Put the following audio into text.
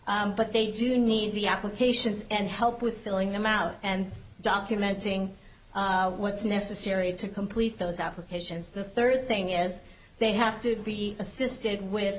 but they do need the applications and help with filling them out and documenting what's necessary to complete those applications the third thing is they have to be assisted with